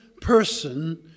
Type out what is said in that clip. person